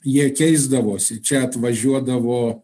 jie keisdavosi čia atvažiuodavo